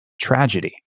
tragedy